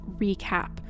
recap